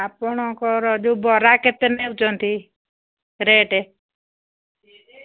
ଆପଣଙ୍କର ଯୋଉ ବରା କେତେ ନେଉଚନ୍ତି ରେଟ୍